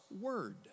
word